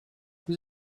vous